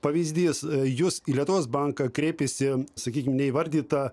pavyzdys jus į lietuvos banką kreipėsi sakykim neįvardyta